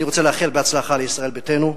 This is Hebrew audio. אני רוצה לאחל בהצלחה לישראל ביתנו.